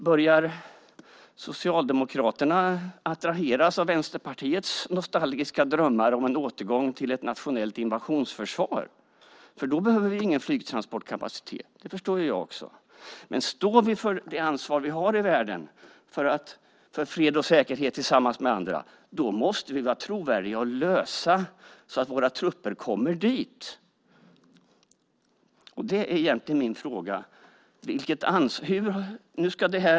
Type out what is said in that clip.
Börjar Socialdemokraterna attraheras av Vänsterpartiets nostalgiska drömmar om en återgång till ett traditionellt invasionsförsvar? Då förstår också jag att vi inte behöver någon flygtransportkapacitet. Står vi för det ansvar vi har i världen för fred och säkerhet tillsammans med andra måste vi vara trovärdiga och lösa frågan så att våra trupper kommer dit. Det är egentligen min fråga.